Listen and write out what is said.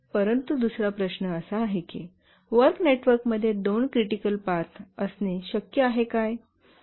परंतु दुसरा प्रश्न की वर्क नेटवर्कमध्ये दोन क्रिटिकल पाथ असणे शक्य आहे काय